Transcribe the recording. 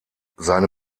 seine